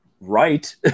right